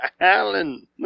Alan